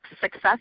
success